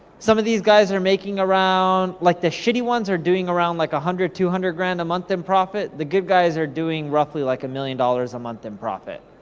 some of these guys are making around, like the shitty ones are doing around one like ah hundred, two hundred grand a month in profit, the good guys are doing roughly like a million dollars a month in profit.